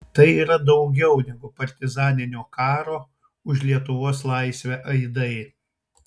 tai yra daugiau negu partizaninio karo už lietuvos laisvę aidai